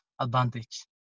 advantage